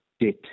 debt